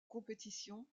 compétition